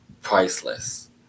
priceless